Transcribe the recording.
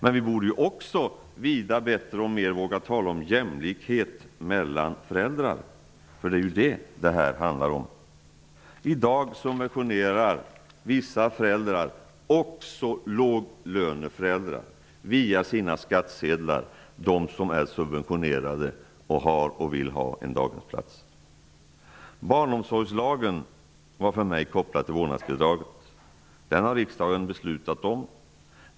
Men vi borde också vida bättre och mer våga tala om jämlikhet mellan föräldrar, för det är ju detta det här handlar om. I dag subventionerar vissa föräldrar, också lågavlönade föräldrar, via sina skattsedlar dem som är subventionerade och som har och vill ha en daghemsplats. Barnomsorgslagen var för mig kopplad till vårdnadsbidraget. Den har riksdagen beslutat om.